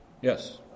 Yes